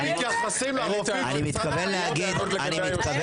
הם מתייחסים לרופאים במשרד החקלאות --- אני מתכוון להגיד